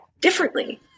differently